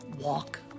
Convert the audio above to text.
walk